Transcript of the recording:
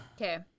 okay